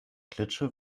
klitsche